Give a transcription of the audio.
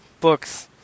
books